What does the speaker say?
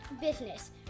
business